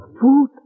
Food